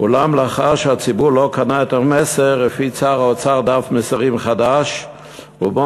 אולם לאחר שהציבור לא קנה את המסר הפיץ שר האוצר דף מסרים חדש ובו